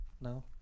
No